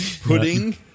Pudding